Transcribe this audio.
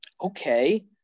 Okay